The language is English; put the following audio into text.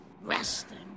resting